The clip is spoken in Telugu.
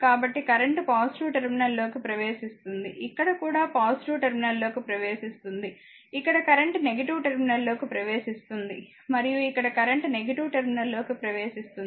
కాబట్టి కరెంట్ టెర్మినల్ లోకి ప్రవేశిస్తుంది ఇక్కడ కూడా టెర్మినల్లోకి ప్రవేశిస్తుంది ఇక్కడ కరెంట్ టెర్మినల్ లోకి ప్రవేశిస్తుంది మరియు ఇక్కడ కరెంట్ టెర్మినల్ లోకి ప్రవేశిస్తుంది